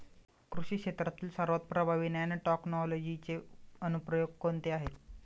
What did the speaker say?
कृषी क्षेत्रातील सर्वात प्रभावी नॅनोटेक्नॉलॉजीचे अनुप्रयोग कोणते आहेत?